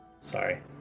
Sorry